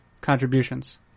contributions